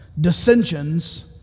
dissensions